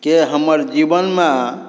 हमर जीवनमे